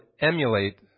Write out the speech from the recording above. emulate